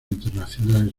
internacionales